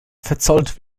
verzollt